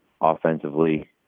offensively